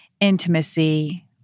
intimacy